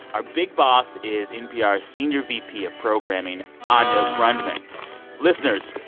our big boss is npr's senior vp of programming anya grundmann listeners,